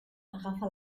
agafa